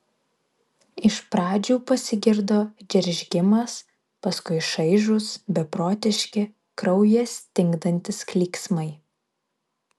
iš pradžių pasigirdo džeržgimas paskui šaižūs beprotiški kraują stingdantys klyksmai